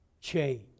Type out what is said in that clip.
change